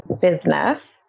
business